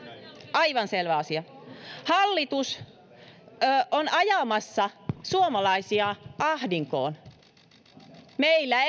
aivan selvä asia hallitus on ajamassa suomalaisia ahdinkoon meillä